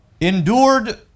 endured